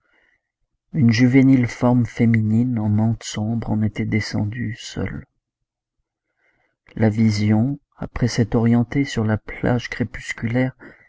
une juvénile forme féminine en mante sombre en était descendue seule la vision après s'être orientée sur la plage crépusculaire